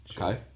okay